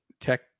Tech